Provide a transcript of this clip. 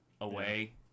away